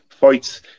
fights